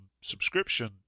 subscription